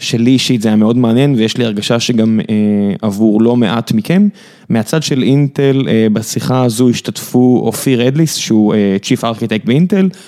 שלי אישית זה היה מאוד מעניין ויש לי הרגשה שגם עבור לא מעט מכם. מהצד של אינטל, בשיחה הזו השתתפו אופיר אדליס, שהוא Chief Architect באינטל,